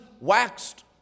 waxed